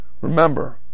Remember